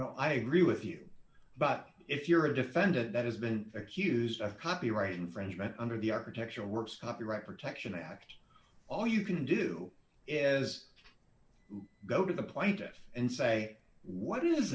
i agree with you but if you're a defendant that has been accused of copyright infringement under the architecture or worse copyright protection act all you can do is go to the plaintiff and say what is